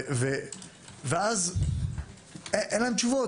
ואז אין להם תשובות.